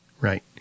Right